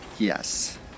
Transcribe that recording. Yes